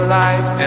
life